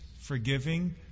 forgiving